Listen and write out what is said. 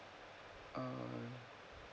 um